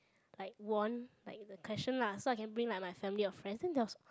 like one like the question lah so I can bring like my family or friend that was